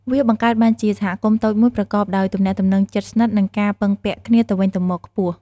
វាបង្កើតបានជាសហគមន៍តូចមួយប្រកបដោយទំនាក់ទំនងជិតស្និទ្ធ និងការពឹងពាក់គ្នាទៅវិញទៅមកខ្ពស់។